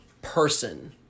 Person